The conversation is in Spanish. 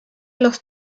los